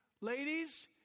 Ladies